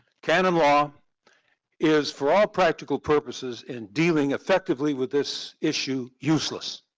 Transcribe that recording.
canon law is for all practical purposes in dealing effectively with this issue useless.